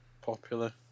popular